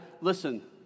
listen